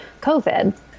COVID